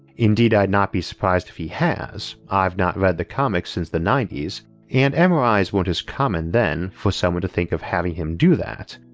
indeed i'd not be surprised if he has, i've not read the comics since the ninety s and mris weren't as common then for someone to think of having him do that.